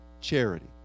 charity